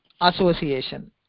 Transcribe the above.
association